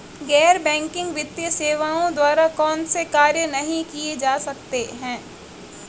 गैर बैंकिंग वित्तीय सेवाओं द्वारा कौनसे कार्य नहीं किए जा सकते हैं?